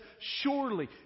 surely